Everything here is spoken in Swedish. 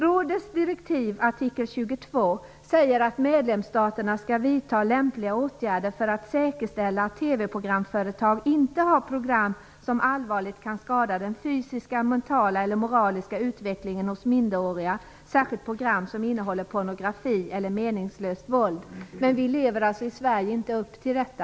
Rådets direktiv artikel 22 säger att medlemsstaterna skall vidta lämpliga åtgärder för att säkerställa att TV-programföretag inte har program som allvarligt kan skada den fysiska, mentala eller moraliska utvecklingen hos minderåriga, särskilt program som innehåller pornografi eller meningslöst våld. Men vi lever i Sverige inte upp till detta.